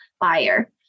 buyer